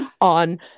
on